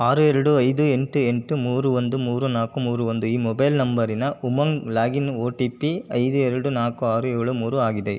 ಆರು ಎರಡು ಐದು ಎಂಟು ಎಂಟು ಮೂರು ಒಂದು ಮೂರು ನಾಲ್ಕು ಮೂರು ಒಂದು ಈ ಮೊಬೈಲ್ ನಂಬರಿನ Umang login O T P ಐದು ಎರಡು ನಾಲ್ಕು ಆರು ಏಳು ಮೂರು ಆಗಿದೆ